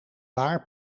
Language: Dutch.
waar